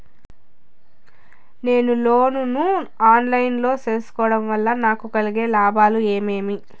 నేను లోను ను online లో సేసుకోవడం వల్ల నాకు కలిగే లాభాలు ఏమేమీ?